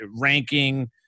ranking